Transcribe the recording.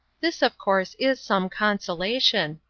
this, of course, is some consolation.